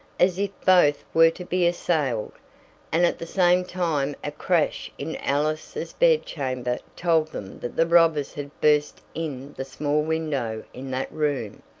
as if both were to be assailed and at the same time a crash in alice's bedchamber told them that the robbers had burst in the small window in that room,